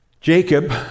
Jacob